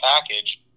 package